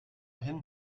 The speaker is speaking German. hin